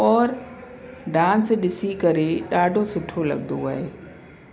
और डांस ॾिसी करे ॾाढो सुठो लॻंदो आहे